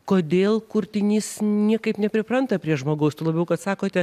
kodėl kurtinys niekaip nepripranta prie žmogaus tuo labiau kad sakote